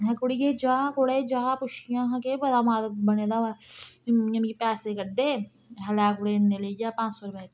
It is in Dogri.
अहें कुड़िये जा कुड़े जा पुच्छी आं हा केह् पता मत बने दा होऐ फ्ही मम्मी ने पैसे कड्ढे अहें लै कुड़े इन्ने लेई जा पंज सौ रपेआ दित्ता